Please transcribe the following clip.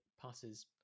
passes